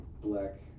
black